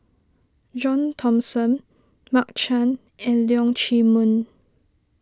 John Thomson Mark Chan and Leong Chee Mun